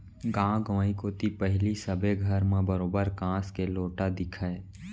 गॉंव गंवई कोती पहिली सबे घर म बरोबर कांस के लोटा दिखय